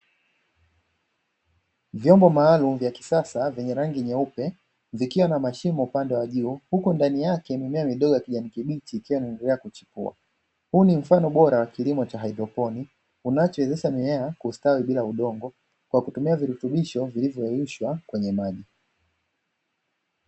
Vyombo maalumu vya kisasa vyenye rangi nyeupe vikiwa na mashimo upande wa juu, huku ndani yake mimea midogo ya kijani kibichi ikiwa inaendelea kuchipua. Huu ni mfano bora wa kilimo cha haidroponi unachowezesha mimea kustawi bila udongo kwa kutumia virutubisho vilivyoyeyushwa kwenye maji.